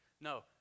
No